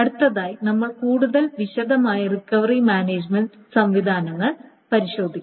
അടുത്തതായി നമ്മൾ കൂടുതൽ വിശദമായി റിക്കവറി മാനേജുമെന്റ് സംവിധാനങ്ങൾ പരിശോധിക്കും